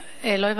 לא הבנתי.